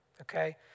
okay